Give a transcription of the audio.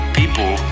people